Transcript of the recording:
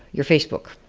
your facebook.